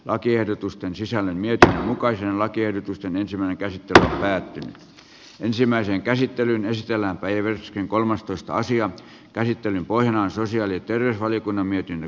lakiehdotusten sisällön myötä mukaisin lakiehdotusta niin syvään käsitys päättyneen ensimmäisen käsittelyn esitellä leiviskän kolmastoista asian käsittelyn pohjana on sosiaali ja terveysvaliokunnan mietintö